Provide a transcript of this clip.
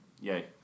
yay